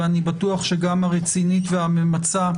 ואני בטוח שגם הרצינית והממצה,